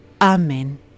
Amen